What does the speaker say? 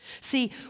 See